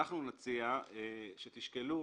נציע שתשקלו,